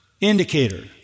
indicator